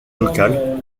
locale